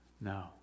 No